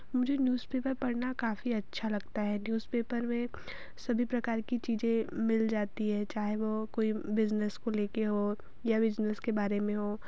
मुझे न्यूजपेपर पढ़ना काफ़ी अच्छा लगता है न्यूजपेपर में सभी प्रकार की चीज़ें मिल जाती हैं चाहे वो कोई बिज़नेस को लेके हो या बिज़नेस के बारे में हो